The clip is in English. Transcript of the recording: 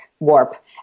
Warp